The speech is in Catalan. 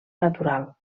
natural